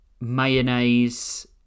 mayonnaise